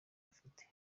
afite